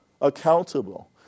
accountable